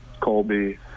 colby